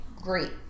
Great